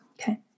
Okay